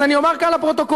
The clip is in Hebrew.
אז אני אומר כאן לפרוטוקול,